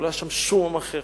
אבל לא היה שם שום עם אחר.